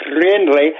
friendly